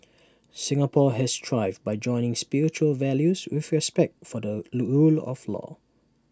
Singapore has thrived by joining spiritual values with respect for the rule of law